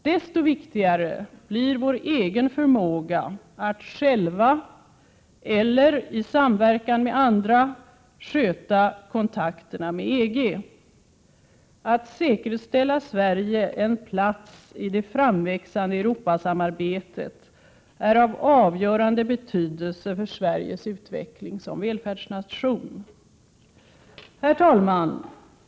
Desto viktigare blir vår egen förmåga att själva eller i samverkan med andra sköta kontakterna med EG. Att säkerställa Sverige en plats i det framväxande Europasamarbetet är av avgörande betydelse för Sveriges utveckling som välfärdsnation. Herr talman!